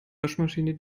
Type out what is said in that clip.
waschmaschine